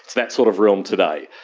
that sort of realm today.